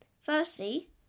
firstly